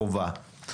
חובה.